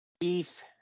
Beef